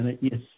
Yes